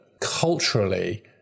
culturally